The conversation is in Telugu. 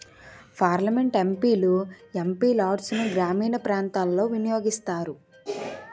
పార్లమెంట్ ఎం.పి లు ఎం.పి లాడ్సును గ్రామీణ ప్రాంతాలలో వినియోగిస్తారు